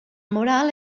moral